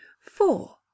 Four